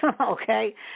okay